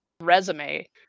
resume